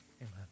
amen